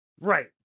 right